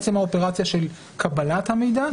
עצם האופרציה של קבלת המידע,